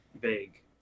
vague